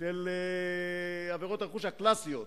של עבירות הרכוש הקלאסיות,